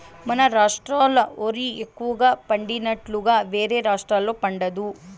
మన రాష్ట్రాల ఓరి ఎక్కువగా పండినట్లుగా వేరే రాష్టాల్లో పండదు